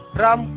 ram